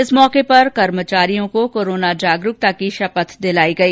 इस अवसर पर कर्मचारियों को कोरोना जागरूकता की शपथ दिलाई गई